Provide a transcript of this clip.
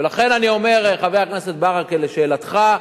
ולכן אני אומר, חבר הכנסת ברכה, לשאלתך,